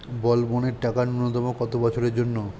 বলবনের টাকা ন্যূনতম কত বছরের জন্য?